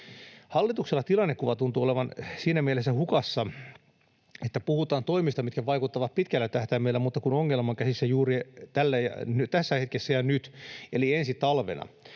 Hallituksella tilannekuva tuntuu olevan siinä mielessä hukassa, että puhutaan toimista, mitkä vaikuttavat pitkällä tähtäimellä, mutta ongelma on käsissä juuri tässä hetkessä ja nyt eli ensi talvena.